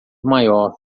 maior